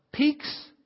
peaks